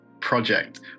project